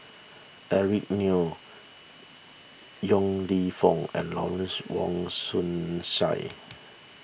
Eric Neo Yong Lew Foong and Lawrence Wong Shyun Tsai